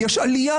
כי זה צבא.